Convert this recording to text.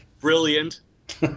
brilliant